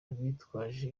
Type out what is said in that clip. bitwaje